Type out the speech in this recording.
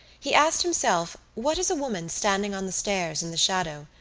he asked himself what is a woman standing on the stairs in the shadow,